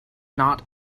not